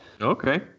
Okay